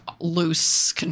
loose